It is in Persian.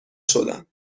شدم